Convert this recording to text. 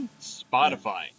Spotify